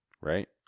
right